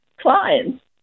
clients